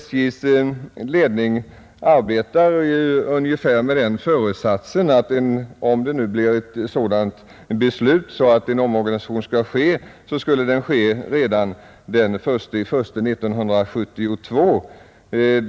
SJ:s ledning arbetar ju ungefär med den föresatsen att om det nu blir ett sådant beslut att en omorganisation skall ske, så skall den ske redan den 1 januari 1972.